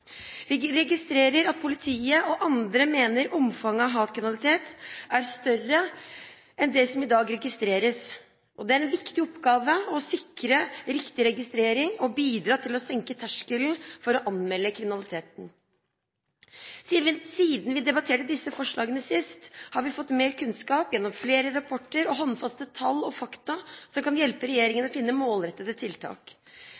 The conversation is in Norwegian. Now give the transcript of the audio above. Vi registrerer at politiet og andre mener omfanget av hatkriminalitet er større enn det som i dag registreres, og det er en viktig oppgave å sikre riktig registrering og bidra til å senke terskelen for å anmelde kriminalitet. Siden vi debatterte disse forslagene sist, har vi fått mer kunnskap gjennom flere rapporter og håndfaste tall og fakta som kan hjelpe